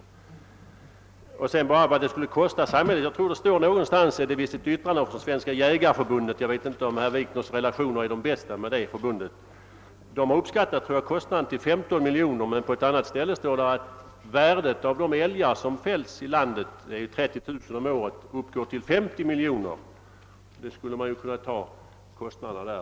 Beträffande frågan om vad vårt förslag skulle kosta samhället vill jag hänvisa till ett yttrande från Svenska jägareförbundet, även om herr Wikners relationer till detta förbud kanske inte är de bästa. Jägareförbundet uppskattar kostnaden för vårt förslag till 15 miljoner kronor. På ett annat ställe framhålles emellertid att värdet av de 30 000 älgar, som fälls årligen i vårt land, uppgår till 50 miljoner kronor. Kostnaderna skulle alltså kunna täckas från denna summa.